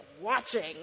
watching